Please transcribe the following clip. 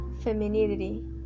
femininity